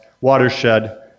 watershed